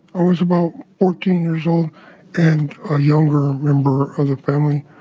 i was about fourteen years old and a younger member of a family.